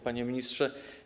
Panie Ministrze!